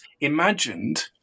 imagined